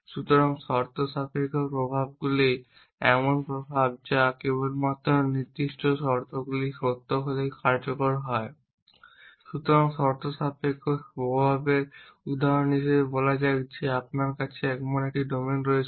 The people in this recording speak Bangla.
সুতরাং শর্তসাপেক্ষ প্রভাবগুলি এমন প্রভাব যা কেবলমাত্র নির্দিষ্ট শর্তগুলি সত্য হলেই কার্যকর হয়। সুতরাং শর্তসাপেক্ষ প্রভাবের উদাহরণ হিসাবে বলা যাক যে আপনার কাছে এমন একটি ডোমেন রয়েছে